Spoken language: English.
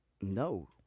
No